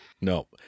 No